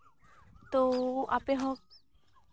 ᱛᱚ ᱟᱯᱮ ᱦᱚᱸ